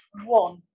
one